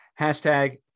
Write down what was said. Hashtag